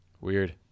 Weird